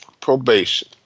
probation